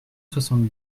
soixante